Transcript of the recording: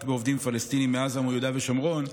בעובדים פלסטינים מעזה ומיהודה ושומרון,